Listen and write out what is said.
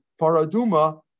paraduma